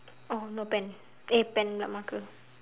oh no pen eh pen pula marker